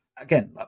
again